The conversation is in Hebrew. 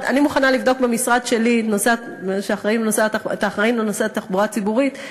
אני מוכנה לבדוק במשרד שלי עם האחראי לנושא התחבורה הציבורית,